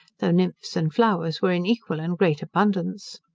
though nymphs and flowers were in equal and great abundance.